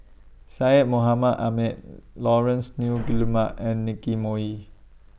Syed Mohamed Ahmed Laurence Nunns Guillemard and Nicky Moey